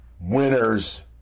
Winners